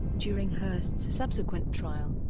during hearst's subsequent trial,